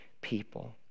people